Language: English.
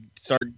start